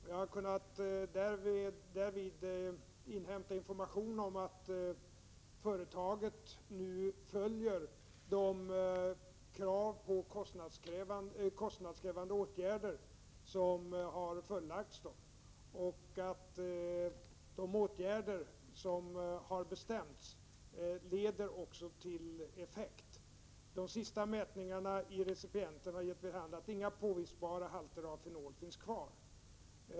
Jag har därvid kunnat inhämta information om att företaget nu följer de krav på kostnadskrävande åtgärder som förelagts dem och att de åtgärder som har bestämts också ger effekt. De sista mätningarna i recipienten har gett vid handen att inga påvisbara halter av fenol finns kvar.